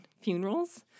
funerals